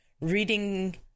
reading